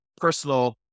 personal